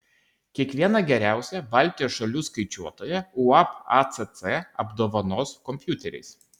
kiekvieną geriausią baltijos šalių skaičiuotoją uab acc apdovanos kompiuteriais